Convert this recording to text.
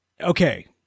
okay